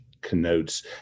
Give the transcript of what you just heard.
connotes